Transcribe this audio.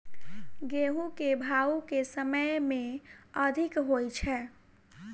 गेंहूँ केँ भाउ केँ समय मे अधिक होइ छै?